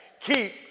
Keep